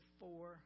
four